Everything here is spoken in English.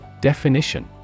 Definition